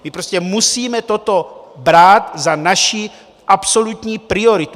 My prostě musíme toto brát za naši absolutní prioritu.